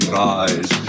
rise